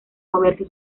moverse